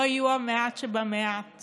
לא יהיו המעט שבמעט